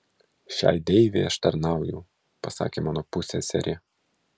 šiai deivei aš tarnauju pasakė mano pusseserė